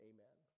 Amen